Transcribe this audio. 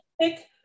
pick